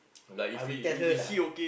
I will tell her lah